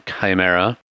Chimera